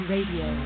Radio